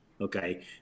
okay